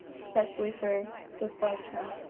especially for this live chat.